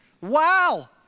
Wow